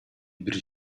бир